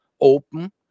open